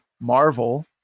Marvel